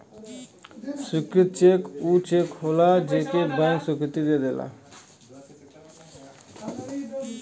स्वीकृत चेक ऊ चेक होलाजे के बैंक स्वीकृति दे देला